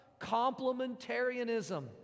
Complementarianism